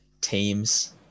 teams